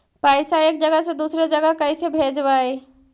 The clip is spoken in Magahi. पैसा एक जगह से दुसरे जगह कैसे भेजवय?